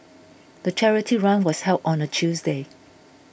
the charity run was held on a Tuesday